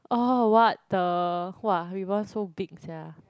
oh what the !wah! Reebonz so big sia